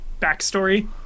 backstory